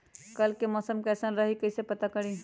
कल के मौसम कैसन रही कई से पता करी?